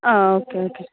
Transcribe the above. ആ okay okay